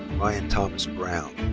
ryan thomas brown.